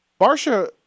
Barsha